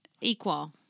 equal